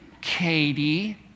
Katie